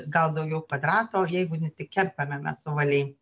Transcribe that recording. gal daugiau kvadrato jeigu ne tik kerpame mes ovaliai